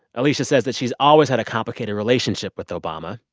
alicia says that she's always had a complicated relationship with obama.